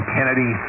Kennedy